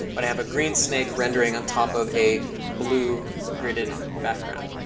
but i have a green snake rendering on top of a blue gridded background.